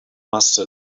mustard